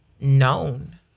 known